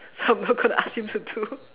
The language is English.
so I'm not gonna ask him to do